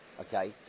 okay